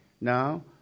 now